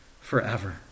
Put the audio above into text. forever